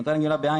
מתן הגמלה ב-"ע",